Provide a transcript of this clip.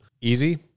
easy